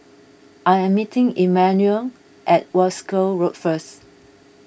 I am meeting Emmanuel at Wolskel Road first